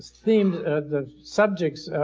theme of the subjects